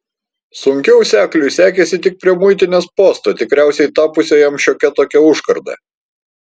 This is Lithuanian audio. sunkiau sekliui sekėsi tik prie muitinės posto tikriausiai tapusio jam šiokia tokia užkarda